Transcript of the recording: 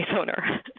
owner